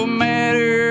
matter